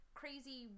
crazy